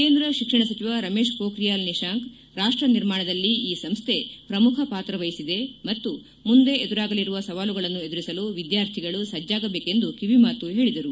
ಕೇಂದ್ರ ಶಿಕ್ಷಣ ಸಚಿವ ರಮೇಶ್ ಮೋಬ್ರಿಯಾಲ್ ನಿಶಾಂಕ್ ರಾಷ್ಟ ನಿರ್ಮಾಣದಲ್ಲಿ ಈ ಸಂಸ್ಥ ಪ್ರಮುಖ ಪಾತ್ರವಹಿಸಿದೆ ಮತ್ತು ಮುಂದೆ ಎದುರಾಗಲಿರುವ ಸವಾಲುಗಳನ್ನು ಎದುರಿಸಲು ವಿದ್ಯಾರ್ಥಿಗಳು ಸಜ್ಜಾಗಬೇಕೆಂದು ಕಿವಿ ಮಾತು ಹೇಳಿದರು